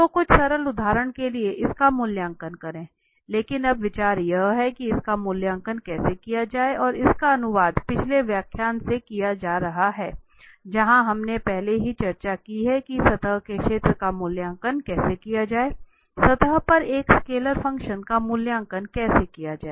तो कुछ सरल उदाहरणों के लिए इसका मूल्यांकन करें लेकिन अब विचार यह है कि इसका मूल्यांकन कैसे किया जाए और इसका अनुवाद पिछले व्याख्यान से किया जा रहा है जहां हमने पहले ही चर्चा की है कि सतह के क्षेत्र का मूल्यांकन कैसे किया जाए सतह पर एक स्केल फंक्शन का मूल्यांकन कैसे किया जाए